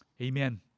Amen